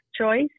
choice